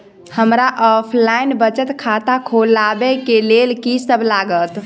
हमरा ऑफलाइन बचत खाता खोलाबै केँ लेल की सब लागत?